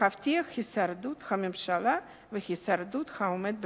להבטיח את הישרדות הממשלה והישרדות העומד בראשה.